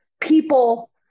people